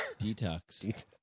detox